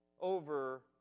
over